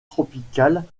tropicales